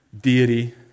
deity